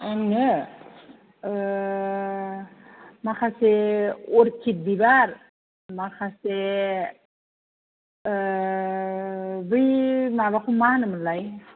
आंनो माखासे अरकिट बिबार माखासे बै माबाखौ मा होनोमोनलाय